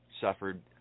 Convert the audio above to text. suffered